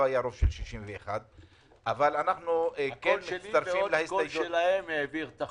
היה רוב של 61. הקול שלי וקול שלהם העביר את החוק.